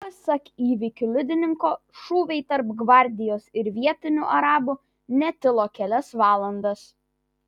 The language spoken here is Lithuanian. pasak įvykių liudininko šūviai tarp gvardijos ir vietinių arabų netilo kelias valandas